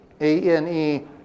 A-N-E